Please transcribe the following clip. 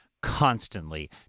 constantly